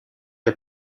are